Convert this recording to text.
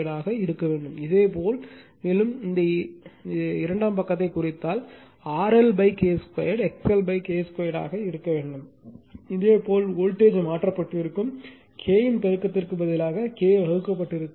ஆக இருக்க வேண்டும் இதேபோல் மேலும் இது இரண்டாம் பக்கத்தைக் குறித்தால் RL K 2 XL K 2ஆக இருக்க வேண்டும் இதேபோல் வோல்டேஜ் ம் மாற்றப்பட்டிருக்கும் K இன் பெருக்கத்திற்கு பதிலாக K வகுக்கப்பட்டிருக்க வேண்டும்